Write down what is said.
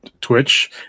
twitch